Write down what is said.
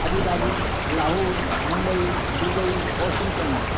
Abu Dhabi Lahore Mumbai Dubai Washington